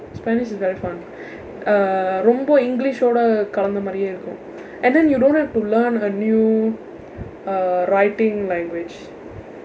spanish is very fun uh ரொம்ப:rompa english-vooda கலந்த மாதிரியே இருக்கும்:kalandtha maathiriyee irukkum and then you don't have to learn uh new writing language